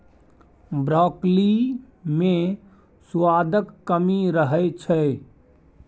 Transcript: broccoli मे सुआदक कमी रहै छै